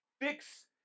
fix